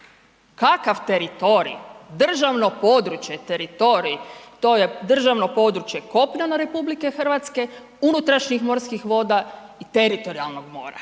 Kakav teritorij, državno područje? Teritorij to je državno područje kopneno Republike Hrvatske unutrašnjih morskih voda i teritorijalnog mora.